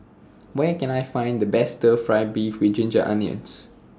Where Can I Find The Best Stir Fry Beef with Ginger Onions